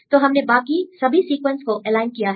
तो हमने बाकी सभी सीक्वेंस को एलाइन किया है